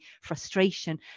frustration